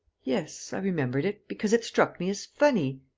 yes, i remembered it, because it struck me as funny.